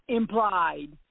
implied